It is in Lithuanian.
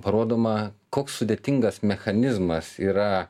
parodoma koks sudėtingas mechanizmas yra